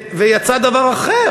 ויצא דבר אחר,